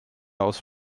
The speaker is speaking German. aus